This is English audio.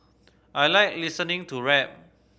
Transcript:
I like listening to rap